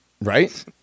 Right